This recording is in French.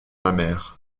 mamère